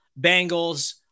Bengals